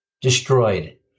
destroyed